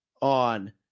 on